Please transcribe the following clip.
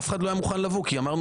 אף אחד לא היה מוכן לבוא כי אמרנו,